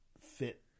fit